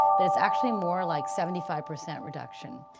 but it's actually more like seventy five percent reduction.